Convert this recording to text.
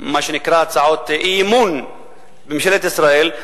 מה שנקרא הצעות אי-אמון בממשלת ישראל.